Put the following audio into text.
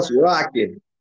rocking